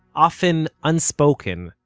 often unspoken,